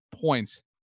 points